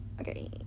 Okay